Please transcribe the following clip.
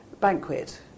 banquet